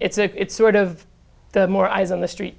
it's sort of the more eyes on the street